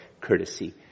courtesy